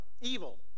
evil